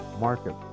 market